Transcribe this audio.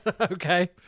okay